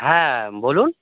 হ্যাঁ বলুন